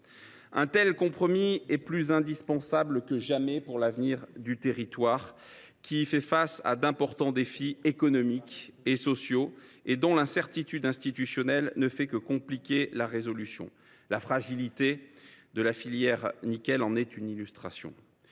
Un tel compromis est plus indispensable que jamais pour l’avenir de ce territoire qui fait face à d’importants défis économiques et sociaux – l’incertitude institutionnelle ne rend que plus compliqué de les relever. La fragilité de la filière nickel en est une illustration.